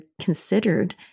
considered